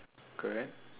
correct